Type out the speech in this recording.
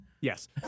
Yes